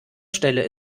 stelle